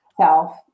self